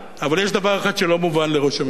אבל יש דבר שלא מובן לראש הממשלה: